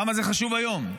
כמה זה חשוב היום.